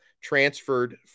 transferred